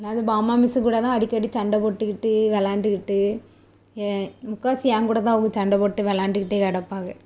ஆனால் அது பாமா மிஸ்ஸு கூட தான் அடிக்கடி சண்டை போட்டுக்கிட்டு வெளாண்டுக்கிட்டு ஏ முக்கால்வாசி என்கூட தான் அவங்க சண்டை போட்டு வெளாண்டுக்கிட்டு கிடப்பாக